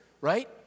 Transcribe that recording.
right